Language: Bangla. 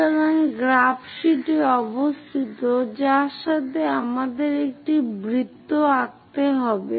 সুতরাং গ্রাফ শীটে অবস্থিত যার সাথে আমাদের একটি বৃত্ত আঁকতে হবে